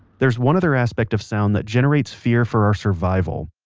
there's one other aspect of sound that generates fear for our survival.